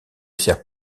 sert